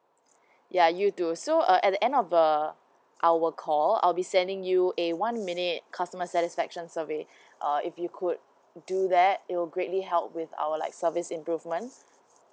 ya you do so uh at the end of the our call I'll be sending you a one minute customer satisfaction survey uh if you could do that it will greatly help with our like service improvements